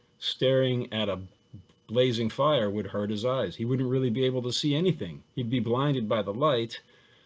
staring at a blazing fire would hurt his eyes. he wouldn't really be able to see anything. he'd be blinded by the light.